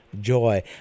joy